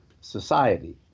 society